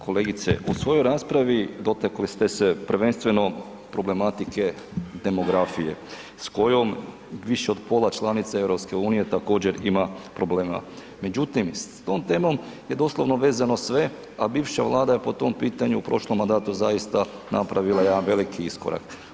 Kolegice, u svojoj raspravi dotakli ste se prvenstveno problematike demografije s kojom više od pola članica EU također ima problema, međutim s tom temom je doslovno vezano sve, a bivša Vlada je po tom pitanju u prošlom mandatu zaista napravila jedan veliki iskorak.